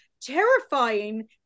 terrifying